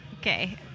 Okay